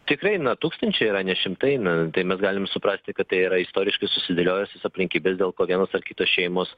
tikrai na tūkstančiai yra ne šimtai metų tai mes galim suprasti kad tai yra istoriškai susidėliojusios aplinkybės dėkl ko vienos ar kitos šeimos